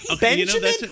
Benjamin